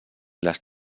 les